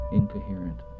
incoherent